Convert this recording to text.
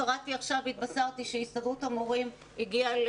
התבשרתי עכשיו שהסתדרות המורים חתמה על